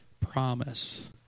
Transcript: promise